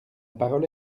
parole